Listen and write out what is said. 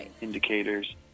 indicators